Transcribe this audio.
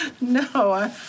No